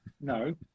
No